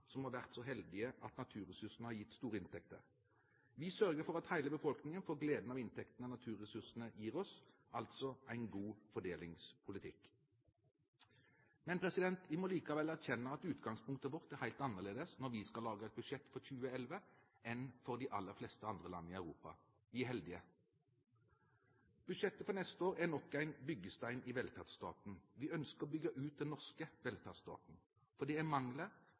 som har vært så heldige at naturresursene har gitt store inntekter. Vi sørger for at hele befolkningen får gleden av inntektene naturressursene gir oss – altså en god fordelingspolitikk. Vi må likevel erkjenne at utgangspunktet vårt er helt annerledes når vi skal lage et budsjett for 2011, enn for de aller fleste andre land i Europa. Vi er heldige. Budsjettet for neste år er nok en byggestein i velferdsstaten. Vi ønsker å bygge ut den norske velferdsstaten for det er mangler